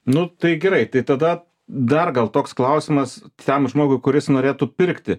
nu tai gerai tai tada dar gal toks klausimas tam žmogui kuris norėtų pirkti